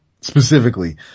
specifically